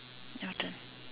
your turn